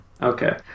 Okay